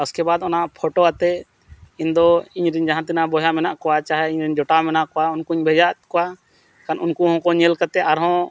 ᱤᱥᱠᱮᱵᱟᱫᱽ ᱚᱱᱟ ᱯᱷᱳᱴᱳ ᱟᱛᱮᱫ ᱤᱧᱫᱚ ᱤᱧᱨᱮᱱ ᱡᱟᱦᱟᱸ ᱛᱤᱱᱟᱹᱜ ᱵᱚᱭᱦᱟ ᱢᱮᱱᱟᱜ ᱠᱚᱣᱟ ᱪᱟᱦᱮ ᱤᱧᱨᱮᱱ ᱡᱚᱴᱟᱣ ᱢᱮᱱᱟᱜ ᱠᱚᱣᱟ ᱩᱱᱠᱩᱧ ᱵᱷᱮᱡᱟᱣᱟᱫ ᱠᱚᱣᱟ ᱠᱷᱟᱱ ᱩᱱᱠᱩ ᱦᱚᱸᱠᱚ ᱧᱮᱞ ᱠᱟᱛᱮᱫ ᱟᱨᱦᱚᱸ